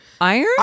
iron